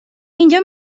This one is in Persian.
اینجا